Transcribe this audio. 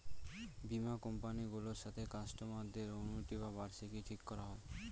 বীমা কোম্পানি গুলোর সাথে কাস্টমারদের অনুইটি বা বার্ষিকী ঠিক করা হয়